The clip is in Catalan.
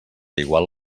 igual